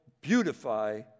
beautify